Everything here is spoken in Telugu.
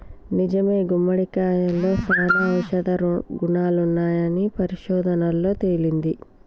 నిజమే గుమ్మడికాయలో సానా ఔషధ గుణాలున్నాయని పరిశోధనలలో తేలింది